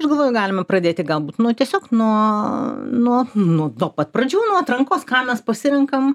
aš galvoju galime pradėti galbūt nuo tiesiog nuo nuo nuo nuo pat pradžių nuo atrankos ką mes pasirenkam